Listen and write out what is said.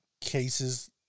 cases